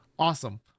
Awesome